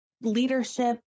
Leadership